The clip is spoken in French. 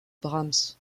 brahms